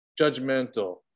Judgmental